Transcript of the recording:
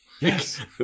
yes